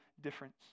difference